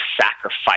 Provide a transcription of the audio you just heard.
sacrifice